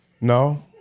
No